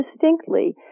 distinctly